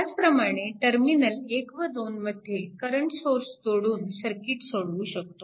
त्याचप्रमाणे टर्मिनल 1 व 2 मध्ये करंट सोर्स जोडून सर्किट सोडवू शकतो